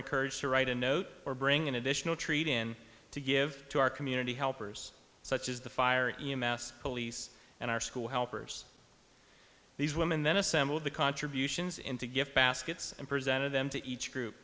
encouraged to write a note or bring an additional treat in to give to our community helpers such as the fire e m s police and our school helpers these women then assembled the contributions into gift baskets and presented them to each group